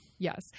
Yes